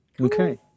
Okay